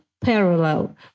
parallel